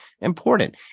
important